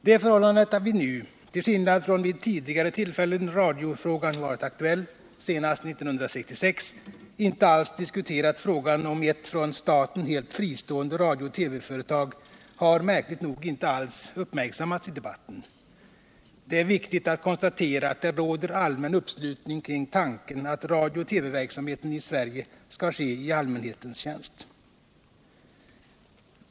Det förhållandet att vi nu — till skillnad från när radiofrågan vid tidigare tillfällen varit aktuell, senast 1966 — inte alls diskuterat frågan om ett från staten helt fristående radiooch TV-företag har märkligt nog inte alls uppmärksammats i debatten. Det är viktigt att konstatera att det råder allmän uppslutning kring tanken att radiooch TV-verksamheten i Sverige skall ske i allmänhetens tjänst.